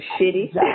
shitty